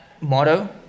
motto